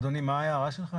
אדוני, מה ההערה שלך?